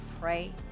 pray